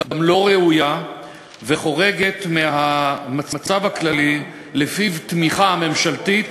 גם לא ראויה וחורגת מהמצב הכללי שלפיו תמיכה ממשלתית